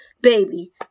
baby